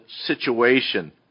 situation